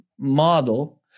model